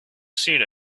seen